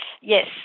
Yes